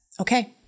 Okay